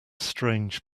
strange